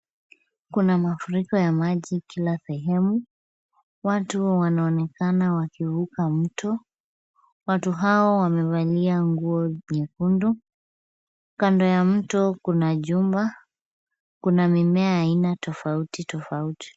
Kuna mafuriko ya maji kila sehemu. Watu wanaonekana wakivuka mto. Watu hao wamevalia nguo nyekundu. Kando ya mto kuna jumba. Kuna mimea ya aina tofauti tofauti.